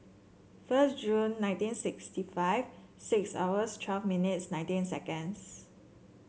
first June nineteen sixty five six hours twelve minutes nineteen seconds